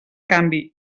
canvi